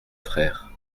frère